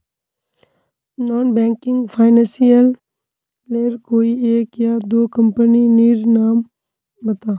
Non banking financial लेर कोई एक या दो कंपनी नीर नाम बता?